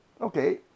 Okay